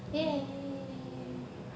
!yay!